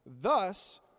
Thus